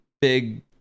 big